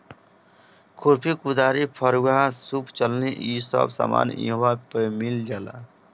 खुरपी, कुदारी, फरूहा, सूप चलनी इ सब सामान इहवा पे मिल जाला